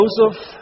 Joseph